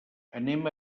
anem